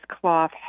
cloth